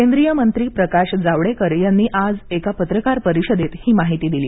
केंद्रीय मंत्री प्रकाश जावडेकर यांनी आज एका पत्रकार परिषदेत ही माहिती दिली